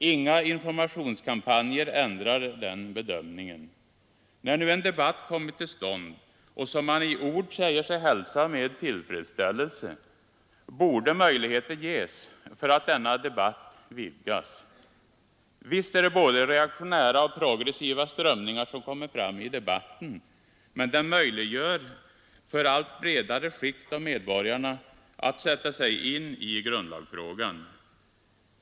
Inga informationskampanjer ändrar den bedömningen. När nu en debatt kommit till stånd, vilken man i ord säger sig hälsa med tillfredsställelse, borde möjligheter ges för att denna debatt vidgas. Visst är det både reaktionära och progressiva strömningar som kommer fram i debatten, men den möjliggör för allt bredare skikt av medborgarna att sätta sig in i grundlagsfrågan.